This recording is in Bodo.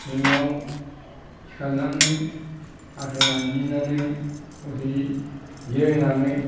फुङाव सिखारनानै हाथाय मानजिनानै दसे जिरायनानै